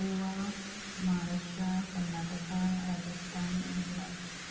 Goa Maharashtra Karnataka Rajasthan Gujarat